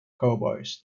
cowboys